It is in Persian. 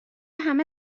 همه